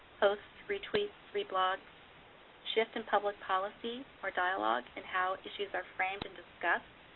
posts, re-tweets, re-blogs, shift in public policy or dialogue in how issues are framed and discussed.